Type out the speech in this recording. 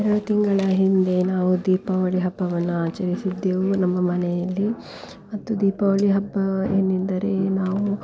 ಎರಡು ತಿಂಗಳ ಹಿಂದೆ ನಾವು ದೀಪಾವಳಿ ಹಬ್ಬವನ್ನು ಆಚರಿಸಿದ್ದೆವು ನಮ್ಮ ಮನೆಯಲ್ಲಿ ಮತ್ತು ದೀಪಾವಳಿ ಹಬ್ಬ ಏನೆಂದರೆ ನಾವು